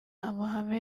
amahame